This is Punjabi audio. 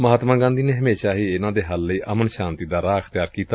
ਮਹਾਤਮਾ ਗਾਂਧੀ ਨੇ ਹਮੇਸ਼ਾ ਇਨ੍ਹਾਂ ਦੇ ਹੱਲ ਲਈ ਅਮਨ ਸ਼ਾਂਤੀ ਦਾ ਰਾਹ ਅਖਤਿਆਰ ਕੀਤਾ